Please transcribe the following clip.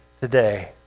today